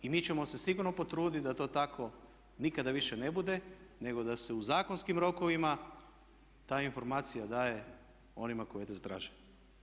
I mi ćemo se sigurno potruditi da to tako nikada više ne bude nego da se u zakonskim rokovima ta informacija daje onima koji to zatraže.